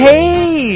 Hey